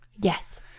Yes